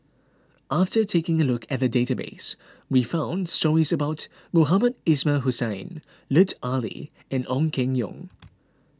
after taking a look at the database we found stories about Mohamed Ismail Hussain Lut Ali and Ong Keng Yong